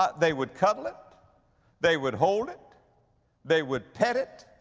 ah they would cuddle it they would hold it they would pet it